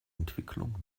entwicklung